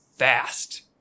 fast